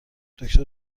دکتر